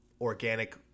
organic